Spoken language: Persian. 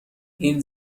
این